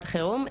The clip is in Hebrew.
אחד חירום,